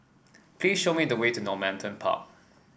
please show me the way to Normanton Park